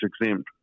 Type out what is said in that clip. exempt